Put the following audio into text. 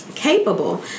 capable